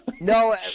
No